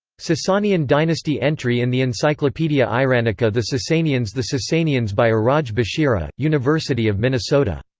sasanian dynasty entry in the encyclopaedia iranica the sassanians the sassanians by iraj bashiri, university of minnesota.